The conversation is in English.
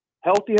healthy